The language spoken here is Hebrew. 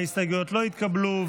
ההסתייגויות לא התקבלו.